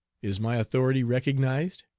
is my authority recognized?